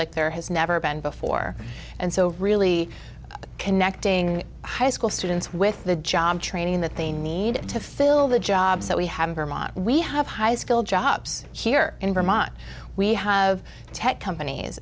like there has never been before and so really connecting high school students with the job training that they need to fill the jobs that we have vermont we have high skilled jobs here in vermont we have tech companies